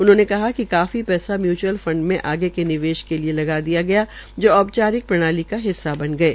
उन्होंने कहा क काफी पैसा म्यूचूअल फंड में आगे के निवेश के िलए लगा दिया गया जो औपचारिक प्रणाली का हिस्सा बन गये